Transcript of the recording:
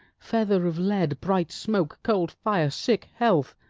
feather of lead, bright smoke, cold fire, sick health!